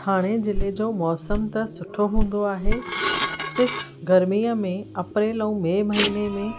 थाणे ज़िले जो मौसम त सुठो हूंदो आहे सिर्फ गरमीअ में अप्रेल ऐं मई महिने में